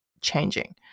changing